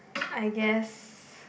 I guess